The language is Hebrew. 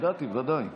הודעתי, ודאי.